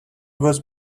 was